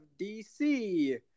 DC